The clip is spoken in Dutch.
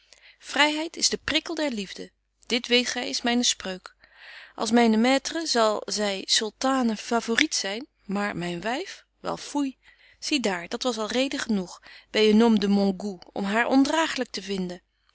vryheid is de prikkel der liefde dit weet gy is myne spreuk als myne maitres zal zy sultane favorite zyn maar myn wyf wel foei zie daar dat was al reden genoeg by un homme de mon goût om haar ondraaglyk te vinden